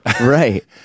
Right